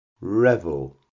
revel